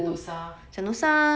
sentosa